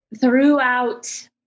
throughout